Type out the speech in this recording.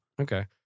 Okay